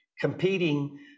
competing